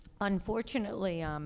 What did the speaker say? unfortunately